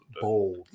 Bold